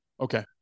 okay